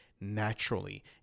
naturally